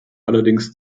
allerdings